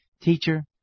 Teacher